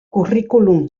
curriculum